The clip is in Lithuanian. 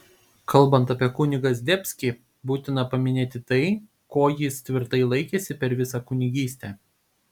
kalbant apie kunigą zdebskį būtina paminėti tai ko jis tvirtai laikėsi per visą kunigystę